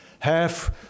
Half